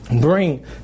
Bring